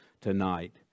tonight